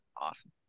Awesome